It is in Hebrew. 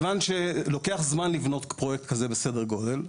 לוקח זמן לבנות פרויקט בסדר גודל כזה.